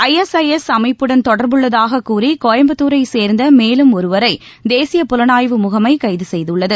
ISIS அமைப்புடன் தொடர்புள்ளதாக கூறி கோயம்புத்துரைசேர்ந்த மேலும் ஒருவரை தேசிய புலனாய்வு முகமை கைது செய்துள்ளது